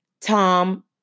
Tom